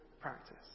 practice